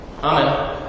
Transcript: Amen